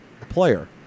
player